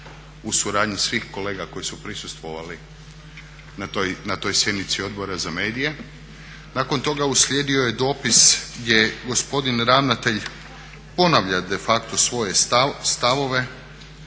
u suradnji svih kolega koji su prisustvovali na toj sjednici Odbora za medije. Nakon toga uslijedio je dopis gdje gospodin ravnatelj ponavlja de facto svoje stavove